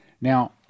Now